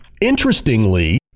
interestingly